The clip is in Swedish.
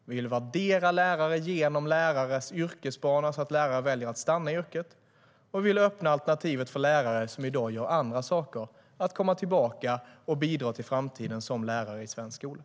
Vi vill värdera lärare genom lärares yrkesbana så att lärare väljer att stanna i yrket, och vi vill öppna alternativet för lärare som i dag gör andra saker att komma tillbaka och bidra till framtiden som lärare i den svenska skolan.